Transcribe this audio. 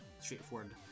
straightforward